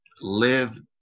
live